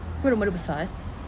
confirm rumah dia besar eh